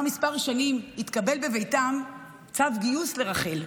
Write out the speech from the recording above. לאחר כמה שנים התקבל בביתם צו גיוס לרחל,